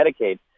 medicaid